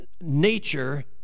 nature